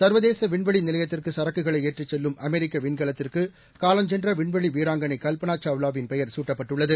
சர்வதேச விண்வெளி நிலையத்திற்கு சரக்குகளை ஏற்றிச் செல்லும் அமெரிக்க விண்கலத்திற்கு காலஞ்சென்ற விண்வெளி வீராங்களை கல்பனா சாவ்வாவின் பெயர் குட்டப்பட்டுள்ளது